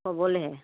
হ'বলেহে